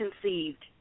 conceived